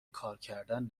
کارکردن